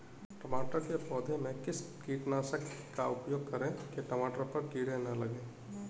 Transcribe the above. टमाटर के पौधे में किस कीटनाशक का उपयोग करें कि टमाटर पर कीड़े न लगें?